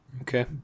Okay